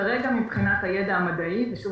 כרגע, מבחינת הידע המדעי ושוב,